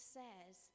says